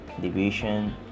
Division